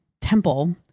temple